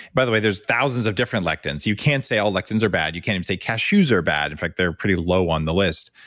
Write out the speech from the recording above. by the way, there's thousands of different lectins. you can't say all lectins are bad. you can't even say cashews are bad. in fact, they're pretty low on the list,